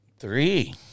Three